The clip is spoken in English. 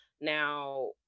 now